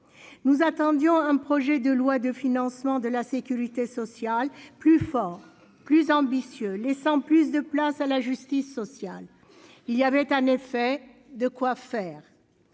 nous attendions un projet de loi de financement de la Sécurité sociale, plus fort, plus ambitieux, laissant plus de place à la justice sociale, il y avait un effet de quoi faire